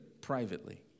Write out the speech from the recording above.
privately